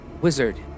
wizard